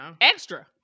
extra